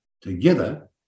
together